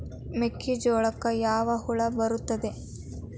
ಮೆಕ್ಕೆಜೋಳಕ್ಕೆ ಯಾವ ಹುಳ ಬರುತ್ತದೆ?